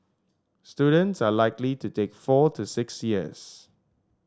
students are likely to take four to six years